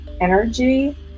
energy